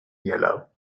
yellow